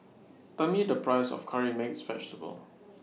Tell Me The Price of Curry Mixed Vegetable